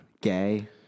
Gay